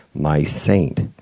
my saint.